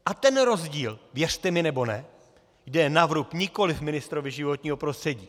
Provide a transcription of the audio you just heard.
A ten rozdíl, věřte mi nebo ne, jde na vrub nikoliv ministrovi životního prostředí.